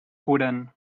curen